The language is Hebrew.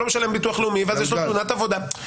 לא משלם ביטוח לאומי ואז יש לו תאונת עבודה.